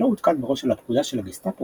שלא עודכן מראש על הפקודה של הגסטפו,